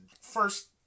first